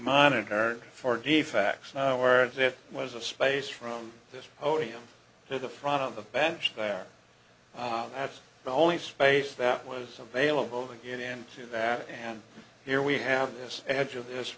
monitored for defects whereas if it was a space from this podium to the front of the bench there that's the only space that was available to get into that and here we have this edge of this